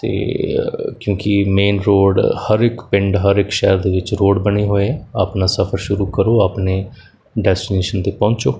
ਅਤੇ ਕਿਉਂਕਿ main road ਹਰ ਇੱਕ ਪਿੰਡ ਹਰ ਇੱਕ ਸ਼ਹਿਰ ਦੇ ਵਿੱਚ ਰੋਡ ਬਣੇ ਹੋਏ ਆ ਆਪਣਾ ਸਫਰ ਸ਼ੁਰੂ ਕਰੋ ਆਪਣੇ ਡੈਸਟੀਨੇਸ਼ਨ 'ਤੇ ਪਹੁੰਚੋ